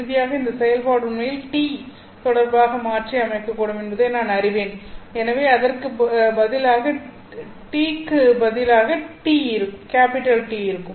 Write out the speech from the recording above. இறுதியாக இந்த செயல்பாடு உண்மையில் τ தொடர்பாக மாற்றி அமைக்கப்படக்கூடும் என்பதை நான் அறிவேன் எனவே அதற்கு பதிலாக நேரம் t க்கு பதிலாக τ இருக்கும்